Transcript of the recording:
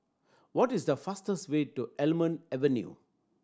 what is the fastest way to Almond Avenue